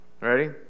Ready